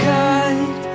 guide